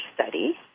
study